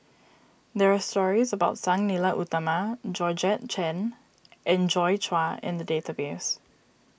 there are stories about Sang Nila Utama Georgette Chen and Joi Chua in the database